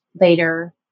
later